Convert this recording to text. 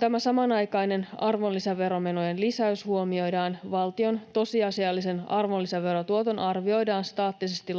tämä samanaikainen arvonlisäveromenojen lisäys huomioidaan, valtion tosiasiallisen arvonlisäverotuoton arvioidaan staattisesti